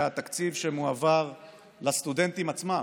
שהתקציב שמועבר לסטודנטים עצמם,